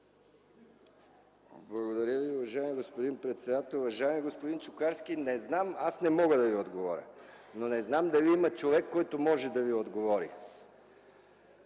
Благодаря, уважаеми господин председател. Уважаеми господин Чукарски, не знам, аз не мога да Ви отговоря. Не знам дали има човек, който може да Ви отговори.